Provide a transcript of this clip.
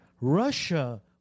Russia